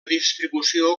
distribució